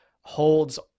holds